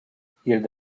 aeropuerto